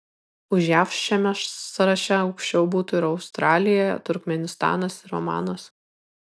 už jav šiame sąraše aukščiau būtų ir australija turkmėnistanas ir omanas